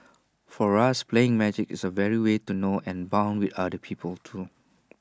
for us playing magic is A way to know and Bond with other people too